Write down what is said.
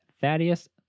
thaddeus